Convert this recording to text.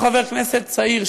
בתור חבר כנסת צעיר,